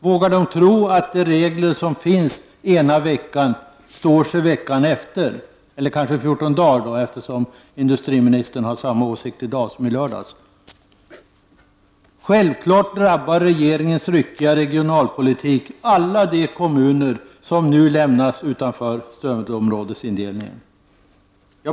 Vågar de tro att de regler som finns ena veckan står sig under den kommande veckan, eller kanske i 14 dagar — industriministern har ju samma åsikt i dag som han hade i lördags? Självfallet drabbar regeringens ryckiga regionalpolitik alla de kommuner som nu lämnas utanför stödområdesindelningen.